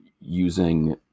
using